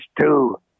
two